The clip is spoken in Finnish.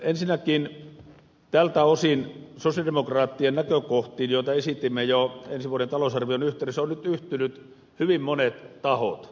ensinnäkin tältä osin sosialidemokraattien näkökohtiin joita esitimme jo ensi vuoden talousarvion yhteydessä ovat nyt yhtyneet hyvin monet tahot